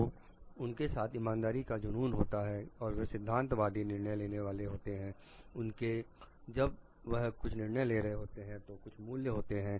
तो उनके साथ इमानदारी का जुनून होता है और वे सिद्धांत वादी निर्णय लेने वाले होते हैं उनके जब वह कुछ निर्णय ले रहे होते हैं तो कुछ मूल्य होते हैं